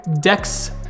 dex